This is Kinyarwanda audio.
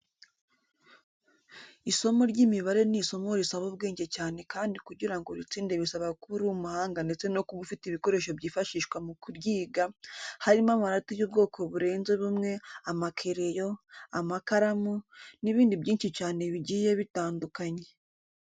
Isomo ry'imibare ni isomo risaba ubwenge cyane kandi kugira ngo uritsinde bisaba kuba uri umuhanga ndetse no kuba ufite ibikoresho byifashishwa mu kuryiga, harimo amarati y'ubwoko burenze bumwe, amakereyo, amakaramu n'ibindi byinshi cyane bigiye bitandukanye.